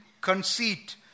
conceit